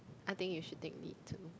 I think you should take me too